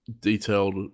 detailed